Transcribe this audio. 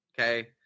okay